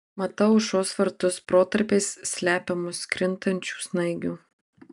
matau aušros vartus protarpiais slepiamus krintančių snaigių